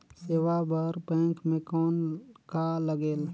सेवा बर बैंक मे कौन का लगेल?